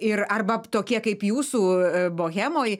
ir arba tokie kaip jūsų bohemoj